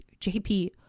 JP